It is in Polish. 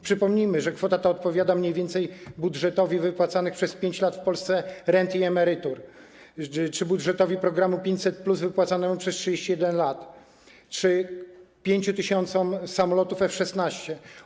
Przypomnijmy, że kwota ta odpowiada mniej więcej budżetowi wypłacanych przez 5 lat w Polsce rent i emerytur czy budżetowi programu 500+ wypłacanemu przez 31 lat, czy 5 tys. samolotów F-16.